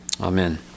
Amen